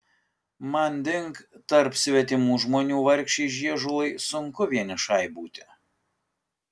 manding tarp svetimų žmonių vargšei žiežulai sunku vienišai būti